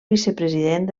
vicepresident